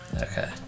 Okay